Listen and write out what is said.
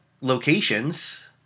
locations